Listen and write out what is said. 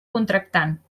contractant